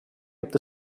gibt